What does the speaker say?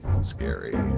scary